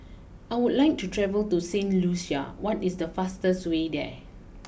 I would like to travel to Saint Lucia what is the fastest way there